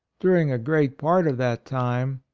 during a great part of that time,